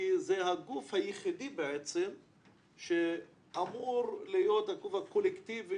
כי זה הגוף היחידי בעצם שאמור להיות הגוף הקולקטיבי